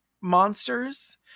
monsters